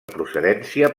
procedència